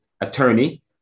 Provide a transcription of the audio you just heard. attorney